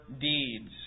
deeds